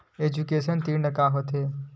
Education ऋण का होथे?